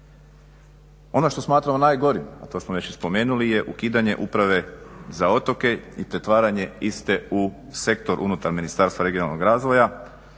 Ono što smatramo najgorim, a to smo već i spomenuli je ukidanje Uprave za otoke i pretvaranje iste u sektor unutar Ministarstva regionalnog razvoja.